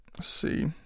see